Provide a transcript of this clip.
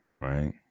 right